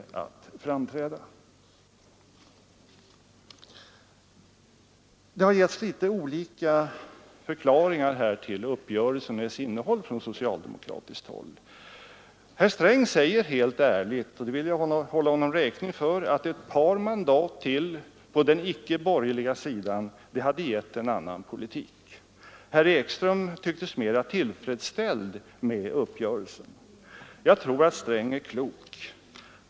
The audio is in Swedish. Det har från socialdemokratiskt håll givits litet olika förklaringar till uppgörelsen och dess innehåll. Herr Sträng säger helt ärligt — och det vill jag hålla honom räkning för — att ett par mandat till på den icke borgerliga sidan hade givit en annan politik. Herr Ekström tycktes mera tillfredsställd med uppgörelsen. Jag tror att herr Sträng är klokast.